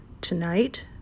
tonight